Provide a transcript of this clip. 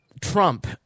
Trump